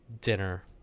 dinner